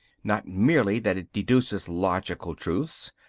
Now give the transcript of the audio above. not merely that it deduces logical truths,